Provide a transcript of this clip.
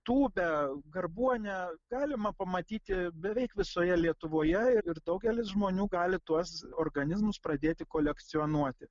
tūbę garbuonę galima pamatyti beveik visoje lietuvoje ir daugelis žmonių gali tuos organizmus pradėti kolekcionuoti